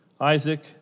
Isaac